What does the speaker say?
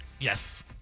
Yes